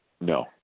no